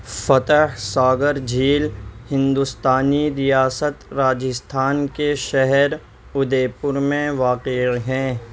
فتح ساگر جھیل ہندوستانی ریاست راجستھان کے شہر ادے پور میں واقع ہیں